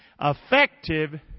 Effective